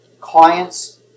clients